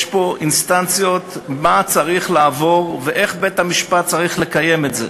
יש פה אינסטנציות מה צריך לעבור ואיך בית-המשפט צריך לקיים את זה,